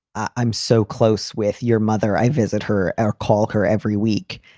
i'm so close with your mother. i visit her our call her every week.